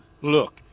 Look